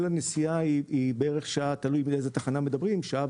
כל הנסיעה היא בערך שעה-שעה ו-40 דקות; תלוי באיזו תחנה מדברים.